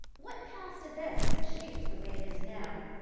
what past events have shaped the way it is now?